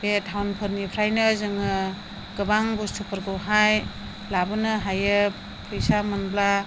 बे टाउनफोरनिफ्रायनो जोङो गोबां बुस्थुफोरखौहाय लाबोनो हायो फैसा मोनब्ला